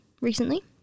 recently